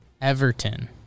Everton